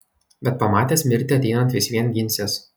bet pamatęs mirtį ateinant vis vien ginsies